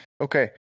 Okay